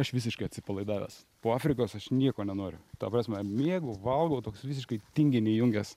aš visiškai atsipalaidavęs po afrikos aš nieko nenoriu ta prasme miegu valgau toks visiškai tinginį įjungęs